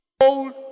old